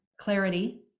Clarity